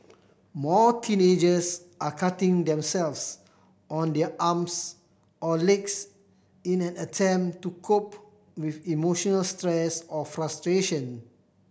more teenagers are cutting themselves on their arms or legs in an attempt to cope with emotional stress or frustration